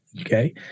Okay